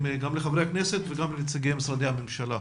ולשמוע גם את חברי הכנסת וגם את משרדי הממשלה.